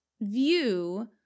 view